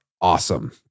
awesome